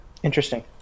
Interesting